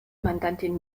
mandantin